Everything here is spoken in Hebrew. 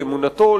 לאמונתו,